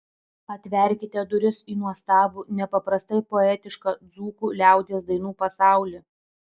atverkite duris į nuostabų nepaprastai poetišką dzūkų liaudies dainų pasaulį